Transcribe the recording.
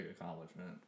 accomplishment